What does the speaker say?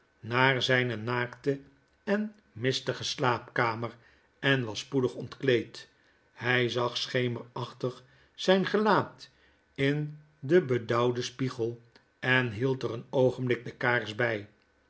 naar zyne naakte en mistige slaapkamer en was spoedig ontkleed hy zag sehemerachtig zyn gelaat in den bedauwden spiegel en hield er een oogenblik de kaars by